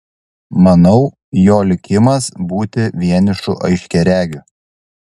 manau jo likimas būti vienišu aiškiaregiu